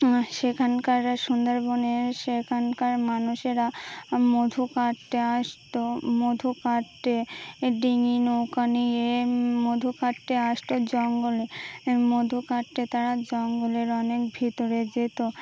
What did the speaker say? সেখানকার সুন্দরবনে সেখানকার মানুষেরা মধু কাটতে আসতো মধু কাটতে ডিঙি নৌকা নিয়ে মধু কাটতে আসতো জঙ্গলে মধু কাটতে তারা জঙ্গলের অনেক ভিতরে যেত